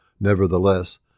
Nevertheless